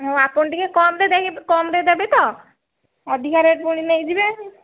ହଉ ଆପଣ ଟିକିଏ କମ୍ ରେ କମ୍ ରେ ଦେବେ ତ ଅଧିକା ରେଟ୍ ପୁଣି ନେଇଯିବେ